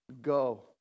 Go